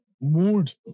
mood